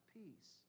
peace